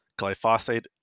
Glyphosate